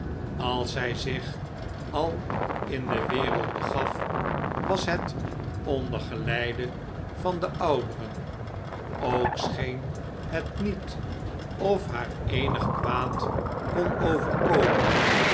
als zij zich al in de wereld begaf was het onder geleide van de ouderen ook scheen het niet of haar eenig kwaad kon overkomen